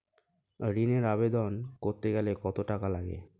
ঋণের আবেদন করতে গেলে কত টাকা লাগে?